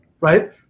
right